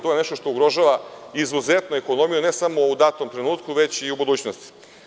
To je nešto što izuzetno ugrožava ekonomiju, ne samo u datom trenutku, već i u budućnosti.